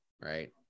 Right